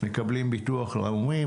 מקבלים ביטוח לאומי,